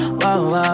wow